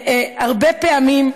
הרבה פעמים,